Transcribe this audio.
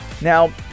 Now